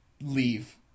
leave